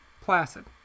placid